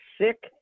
sick